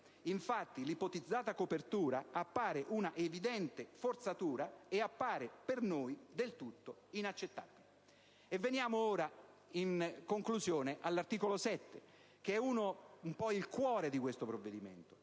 infatti, l'ipotizzata copertura appare un'evidente forzatura, ed è per noi del tutto inaccettabile. Veniamo ora, in conclusione, all'articolo 7: un po' il cuore di questo provvedimento;